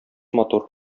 матур